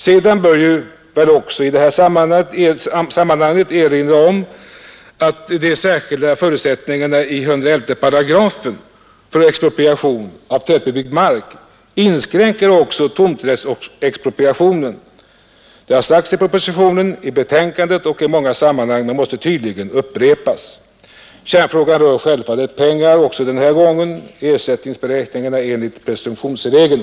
Sedan bör jag väl också i det här sammanhanget erinra om att de särskilda förutsättningarna i 111 § för expropriation av tätbebyggd mark inskränker också tomträttsexpropriationen. Det har sagts i propositionen, i betänkandet och i många andra sammanhang men måste tydligen upprepas. Kärnfrågan rör självfallet pengar också den här gången, dvs. ersättningsberäkningen enligt presumtionsregeln.